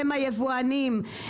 הם היבואנים,